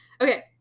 Okay